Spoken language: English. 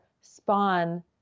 spawn